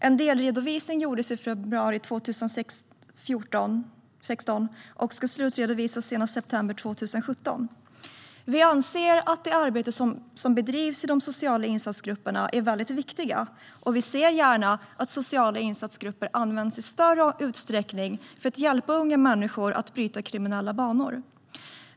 En delredovisning gjordes i februari 2016, och utvärderingen ska slutredovisas senast september 2017. Vi anser att det arbete som bedrivs i de sociala insatsgrupperna är väldigt viktigt, och vi ser gärna att sociala insatsgrupper används i större utsträckning för att hjälpa unga människor att bryta kriminella banor.